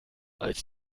als